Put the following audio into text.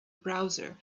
browser